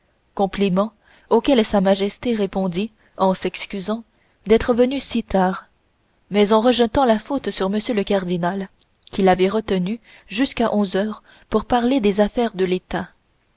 compliment auquel sa majesté répondit en s'excusant d'être venue si tard mais en rejetant la faute sur m le cardinal lequel l'avait retenue jusqu'à onze heures pour parler des affaires de l'état